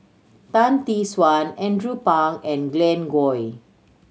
Tan Tee Suan Andrew Phang and Glen Goei